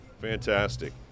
Fantastic